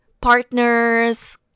partners